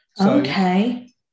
Okay